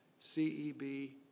CEB